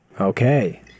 Okay